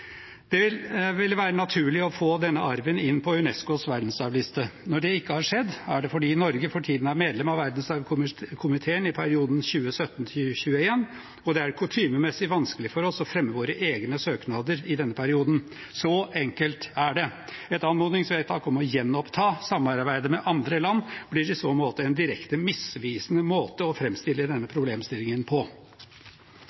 Det ville være naturlig å få denne arven inn på UNESCOs verdensarvliste. Når det ikke har skjedd, er det fordi Norge for tiden er medlem av Verdensarvkomiteen i perioden 2017–2021, og det er kutymemessig vanskelig for oss å fremme våre egne søknader i denne perioden. Så enkelt er det. Et anmodningsvedtak om å gjenoppta samarbeidet med andre land blir i så måte en direkte misvisende måte å framstille denne